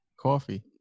Coffee